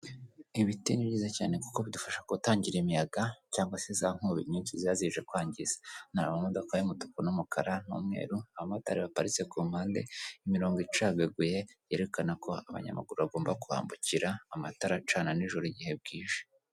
Ibiti ni byiza cyane kuko bidufasha gutangira imiyaga cyangwa se za nkubi nyinshi ziba zije kwangiza, hano hari amamodoka y'umutuku, n'umukara, n'umweru. Abamotari baparitse ku mpande imirongo icagaguye, yerekana ko abanyamaguru bagomba kuhambukira amatara acana n'ijoro igihe bwije.